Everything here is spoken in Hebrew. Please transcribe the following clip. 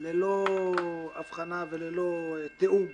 ללא הבחנה וללא תיאום.